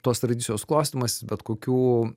tos tradicijos klostymąsi bet kokių